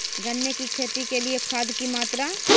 गन्ने की खेती के लिए खाद की मात्रा?